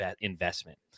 investment